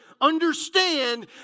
understand